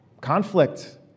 conflict